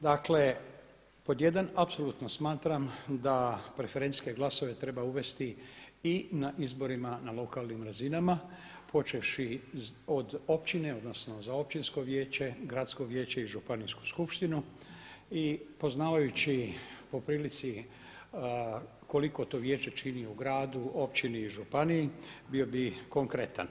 Dakle, pod 1 apsolutno smatram da je preferencijske glasove treba uvesti i na izborima na lokalnim razinama, počevši od općine odnosno za općinsko vijeće, županijsko vijeće i županijsku skupštinu i poznavajući poprilici koliko to vijeće čini u gradu, općini i županiji bio bi konkretan.